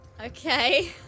Okay